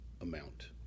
amount